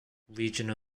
regional